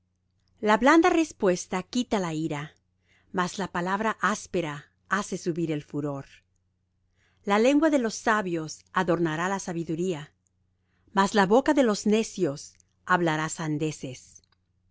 la blanda respuesta quita la ira mas la palabra áspera hace subir el furor la lengua de los sabios adornará la sabiduría mas la boca de los necios hablará sandeces